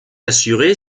assurée